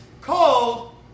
called